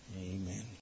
Amen